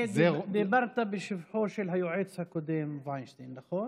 הרי דיברת בשבחו של היועץ הקודם, וינשטיין, נכון?